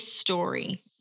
story